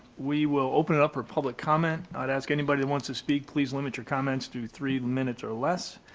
we will open it up for public comment. i'd ask anybody who wants to speak please limit your comments to three minutes or less.